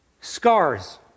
scars